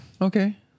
Okay